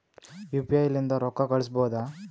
UPI ಲಿಂದ ರೊಕ್ಕ ಕಳಿಸಬಹುದಾ?